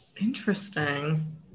interesting